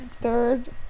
Third